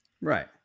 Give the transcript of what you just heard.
Right